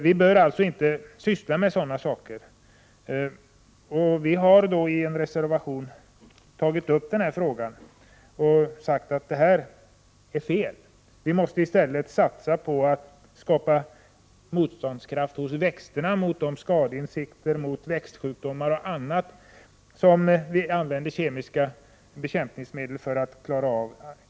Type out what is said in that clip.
Vi bör alltså inte syssla med sådant. I en reservation har vi tagit upp den här frågan och sagt att detta är fel. Vi måste i stället satsa på att skapa motståndskraft hos växterna mot de skadeinsekter, växtsjukdomar och annat som vi använder kemiska bekämpningsmedel för att klara av.